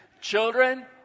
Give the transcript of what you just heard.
Children